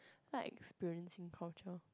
like experiencing cultural